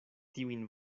tiujn